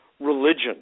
religion